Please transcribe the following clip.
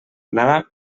anava